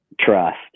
trust